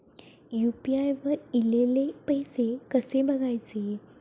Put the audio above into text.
UPI वर ईलेले पैसे कसे बघायचे?